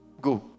Go